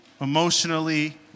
emotionally